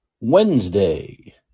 Wednesday